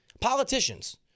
Politicians